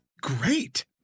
great